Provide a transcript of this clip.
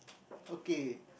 okay